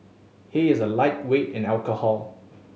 he is a lightweight in alcohol